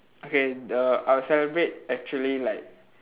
okay the I'll celebrate actually like